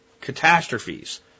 catastrophes